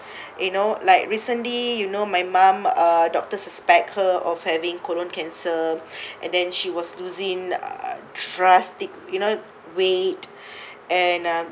you know like recently you know my mum uh doctor suspect her of having colon cancer and then she was losing uh drastic you know weight and um